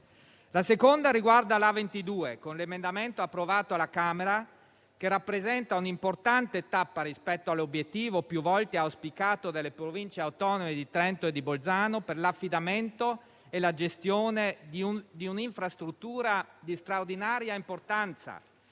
La seconda novità riguarda l'A22, con l'emendamento approvato alla Camera, che rappresenta un'importante tappa rispetto all'obiettivo più volte auspicato dalle Province autonome di Trento e di Bolzano per l'affidamento e la gestione di un'infrastruttura di straordinarie importanza